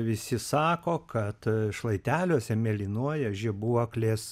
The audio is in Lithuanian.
visi sako kad šlaiteliuose mėlynuoja žibuoklės